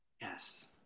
yes